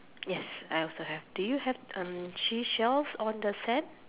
yes I also have do you have um seashells on the sand